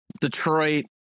Detroit